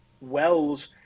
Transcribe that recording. Wells